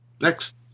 Next